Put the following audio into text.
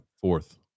fourth